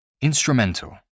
Instrumental